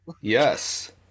Yes